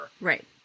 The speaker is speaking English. Right